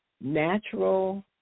natural